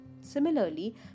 Similarly